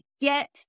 get